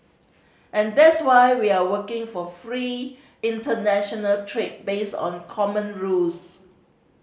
and that's why we are working for free international trade based on common rules